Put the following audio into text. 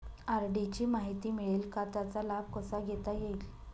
RD ची माहिती मिळेल का, त्याचा लाभ कसा घेता येईल?